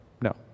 No